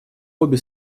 обе